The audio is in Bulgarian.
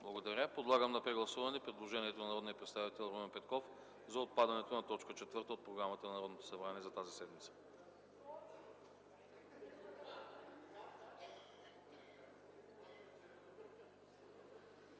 Благодаря. Подлагам на прегласуване предложението на народния представител Румен Петков за отпадането на т. 4 от програмата на Народното събрание за тази седмица.